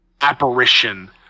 apparition